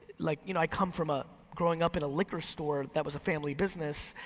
like you know, i come from a, growing up in a liquor store that was a family business,